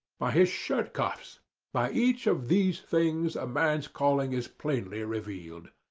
by his shirt cuffs by each of these things a man's calling is plainly revealed.